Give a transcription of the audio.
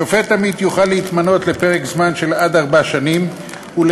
שופט עמית יוכל להתמנות לפרק זמן של עד ארבע שנים ולכהן